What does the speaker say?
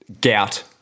gout